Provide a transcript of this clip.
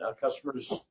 customer's